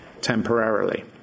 temporarily